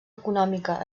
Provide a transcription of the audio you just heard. econòmica